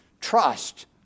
trust